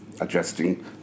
adjusting